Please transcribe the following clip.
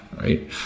right